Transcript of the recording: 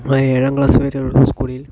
ആ ഏഴാം ക്ലാസ് വരെയുള്ള സ്കൂളിൽ